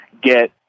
get